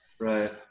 Right